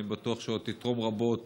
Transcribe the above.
אני בטוח שעוד תתרום רבות